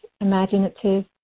imaginative